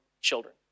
children